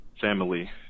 family